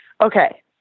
okay